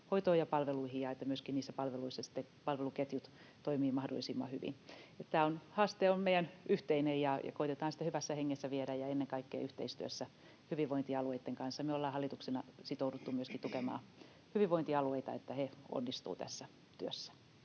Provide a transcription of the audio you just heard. hoitoon ja palveluihin ja että myöskin niissä palveluissa sitten palveluketjut toimivat mahdollisimman hyvin. Tämä haaste on meidän yhteinen, ja koetetaan sitä hyvässä hengessä viedä, ja ennen kaikkea yhteistyössä hyvinvointialueitten kanssa. Me ollaan hallituksena sitouduttu myöskin tukemaan hyvinvointialueita, että he onnistuvat tässä työssä.